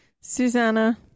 Susanna